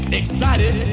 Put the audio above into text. excited